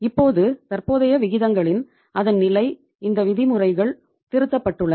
இப்போது தற்போதைய விகிதங்களின் அதன் நிலை இந்த விதிமுறைகள் திருத்தப்பட்டுள்ளன